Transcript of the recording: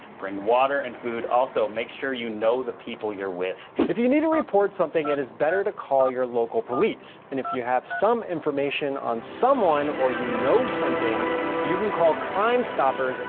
bring water and food. also make sure you know the people you are with. if you you need to report something, it is better to call you local police and if you have some information on someone or you know something you can call crime stoppers. and